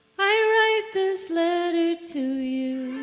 i ah write this letter to you.